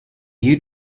you